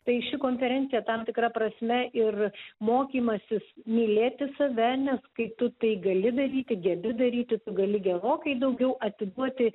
tai ši konferencija tam tikra prasme ir mokymasis mylėti save nes kai tu tai gali daryti gebi daryti tu gali gerokai daugiau atiduoti